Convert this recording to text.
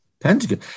Pentagon